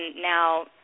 now